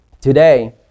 today